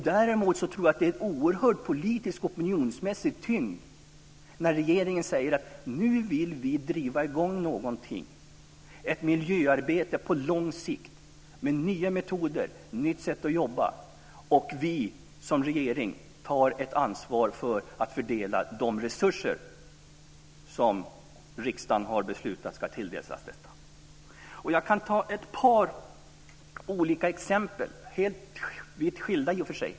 Däremot tror jag att det får en oerhörd politisk och opinionsmässig tyngd när regeringen säger: Nu vill vi driva i gång någonting, ett miljöarbete på lång sikt, med nya metoder och nytt sätt att jobba, och vi som regering tar ansvar för att fördela de resurser som riksdagen har beslutat ska tilldelas detta. Jag kan ta ett par olika exempel, i och för sig vitt skilda.